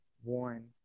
one